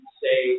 say